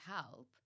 help